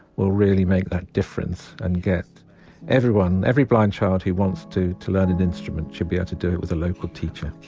will really make that difference and get everyone. every blind child who wants to to learn an instrument should be able ah to do it with a local teacher